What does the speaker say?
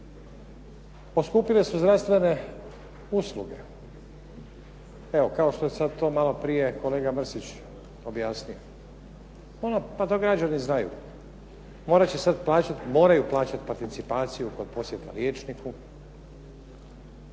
Poskupile su zdravstvene usluge. Evo kao što je to sad malo prije kolega Mrsić objasnio. Pa to građani znaju, morat će sad plaćati, moraju plaćati participaciju kod posjeta liječniku,